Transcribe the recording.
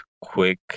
quick